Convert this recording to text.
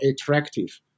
attractive